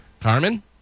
Carmen